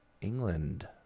England